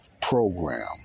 program